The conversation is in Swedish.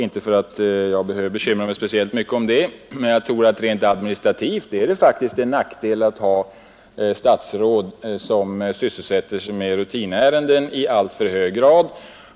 Inte för att detta behöver bekymra mig speciellt mycket, men rent administrativt anser jag faktiskt det vara en nackdel att ha statsråd som sysselsätter sig med rutinärenden i alltför hög grad.